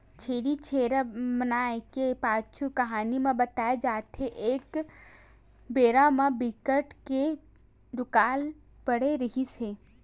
छेरछेरा मनाए के पाछू कहानी म बताए जाथे के एक बेरा म बिकट के दुकाल परे रिहिस हे